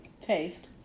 taste